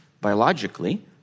biologically